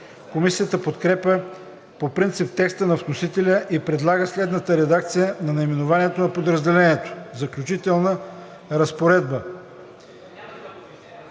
Комисията подкрепя по принцип текста на вносителя и предлага следната редакция на наименованието на подразделението: „Заключителна разпоредба“.